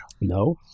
No